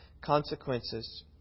consequences